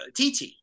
TT